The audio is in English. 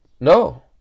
No